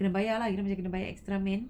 kena bayar lah itu macam bayar extra men